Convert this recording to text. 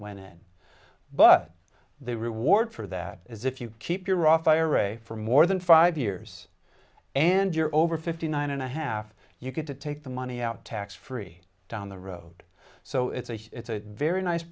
went in but the reward for that is if you keep your a fire a for more than five years and you're over fifty nine and a half you could to take the money out tax free down the road so it's a it's a very nice